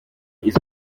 izwi